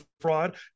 fraud